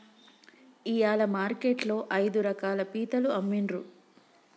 ఇయాల మార్కెట్ లో ఐదు రకాల పీతలు అమ్మిన్రు